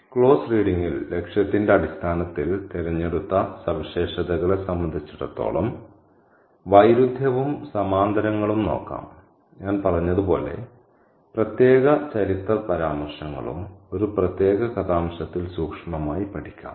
close റീഡിങ്ൽ ലക്ഷ്യത്തിന്റെ അടിസ്ഥാനത്തിൽ തിരഞ്ഞെടുത്ത സവിശേഷതകളെ സംബന്ധിച്ചിടത്തോളം വൈരുദ്ധ്യവും സമാന്തരങ്ങളും നോക്കാം ഞാൻ പറഞ്ഞതുപോലെ പ്രത്യേക ചരിത്ര പരാമർശങ്ങളും ഒരു പ്രത്യേക കഥാംശത്തിൽ സൂക്ഷ്മമായി പഠിക്കാം